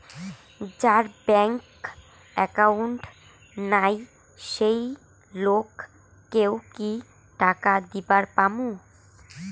যার bank account নাই সেই লোক কে ও কি টাকা দিবার পামু?